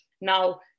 now